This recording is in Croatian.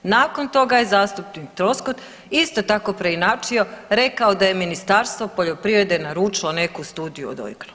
Nakon toga je zastupnik Troskot isto tako preinačio, rekao da je Ministarstvo poljoprivrede naručilo neku studiju od Oikona.